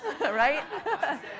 right